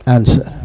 Answer